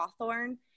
Cawthorn